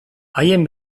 haien